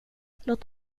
låt